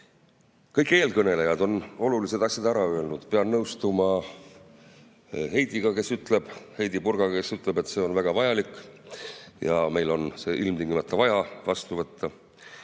Kõik eelkõnelejad on olulised asjad ära öelnud. Pean nõustuma Heidy Purgaga, kes ütleb, et see on väga vajalik ja meil on ilmtingimata vaja see vastu võtta.